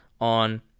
on